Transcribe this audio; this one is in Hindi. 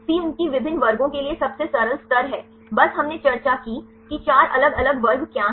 C उनकी विभिन्न वर्गों के लिए सबसे सरल स्तर है बस हमने चर्चा की कि 4 अलग अलग वर्ग क्या हैं